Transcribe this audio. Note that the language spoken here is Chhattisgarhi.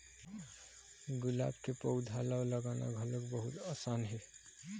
गुलाब के पउधा ल लगाना घलोक बहुत असान हे